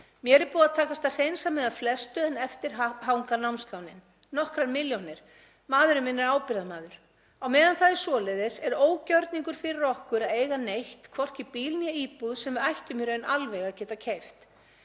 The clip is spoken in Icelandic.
Mér er búið að takast að hreinsa mig af flestu en eftir hanga námslánin. Nokkrar milljónir. Maðurinn minn er ábyrgðarmaður. Á meðan það er svoleiðis er ógjörningur fyrir okkur að eiga neitt, hvorki bíl né íbúð sem við ættum í raun alveg að geta keypt.